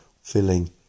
filling